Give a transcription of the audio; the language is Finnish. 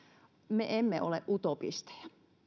me emme ole utopisteja